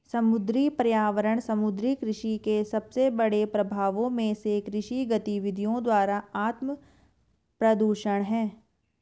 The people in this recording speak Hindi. समुद्री पर्यावरण समुद्री कृषि के सबसे बड़े प्रभावों में से कृषि गतिविधियों द्वारा आत्मप्रदूषण है